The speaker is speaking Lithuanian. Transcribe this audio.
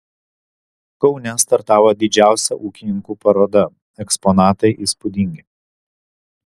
kaune startavo didžiausia ūkininkų paroda eksponatai įspūdingi